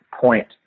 point